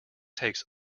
takes